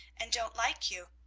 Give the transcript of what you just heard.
and don't like you.